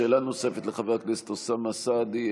שאלה נוספת, לחבר הכנסת אוסאמה סעדי.